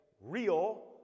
Real